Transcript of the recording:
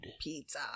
pizza